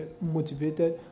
motivated